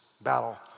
battle